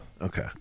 Okay